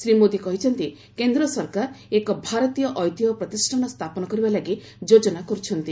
ଶ୍ରୀ ମୋଦି କହିଛନ୍ତି କେନ୍ଦ୍ର ସରକାର ଏକ ଭାରତୀୟ ଐତିହ୍ୟ ପ୍ରତିଷ୍ଠାନ ସ୍ଥାପନ କରିବା ଲାଗି ଯୋଜନା କରୁଛନ୍ତି